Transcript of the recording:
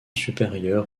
supérieur